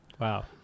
Wow